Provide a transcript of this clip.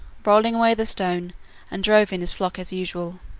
rolled away the stone and drove in his flock as usual.